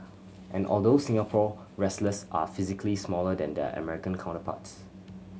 and although Singapore wrestlers are physically smaller than their American counterparts